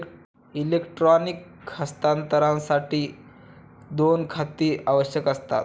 electronic हस्तांतरणासाठी दोन खाती आवश्यक असतात